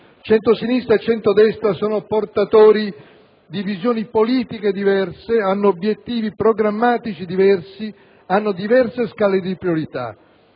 Centrosinistra e centrodestra sono portatori di visioni politiche diverse, hanno obiettivi programmatici diversi, hanno diverse scale di priorità,